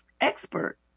expert